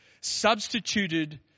substituted